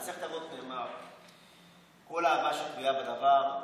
צריך לבוא ולומר ש"כל אהבה שתלויה בדבר,